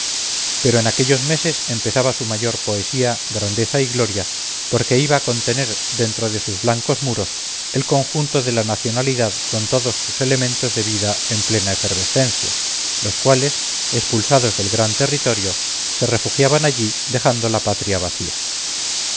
pero en aquellos meses empezaba su mayor poesía grandeza y gloria porque iba a contener dentro de sus blancos muros el conjunto de la nacionalidad con todos sus elementos de vida en plena efervescencia los cuales expulsados del gran territorio se refugiaban allí dejando la patria vacía